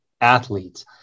athletes